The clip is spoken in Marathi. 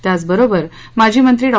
त्याचबरोबर माजी मंत्री डॉ